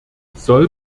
soll